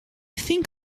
think